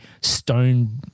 stone